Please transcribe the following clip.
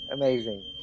Amazing